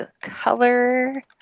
color